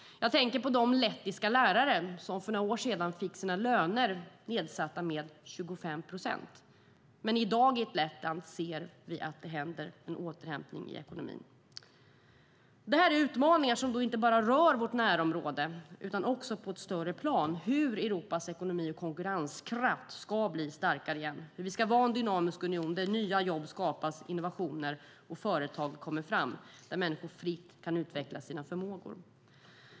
Jag tänker på de lettiska lärare som för några år sedan fick sina löner nedsatta med 25 procent. I dagens Lettland ser vi dock att det sker en återhämtning i ekonomin. Detta är utmaningar som inte bara rör vårt närområde utan också på ett större plan hur Europas ekonomi och konkurrenskraft ska bli starkare igen och hur vi ska vara en dynamisk union där nya jobb skapas, innovationer och företag kommer fram och där människor fritt kan utveckla sina förmågor.